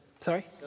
sorry